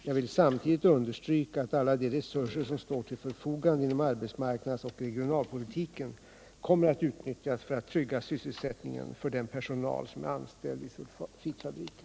Jag vill samtidigt understryka att alla de resurser som står till förfogande inom arbetsmarknads och regionalpolitiken kommer att utnyttjas för att trygga sysselsättningen för den personal som är anställd vid sulfitfabriken.